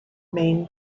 main